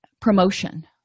promotion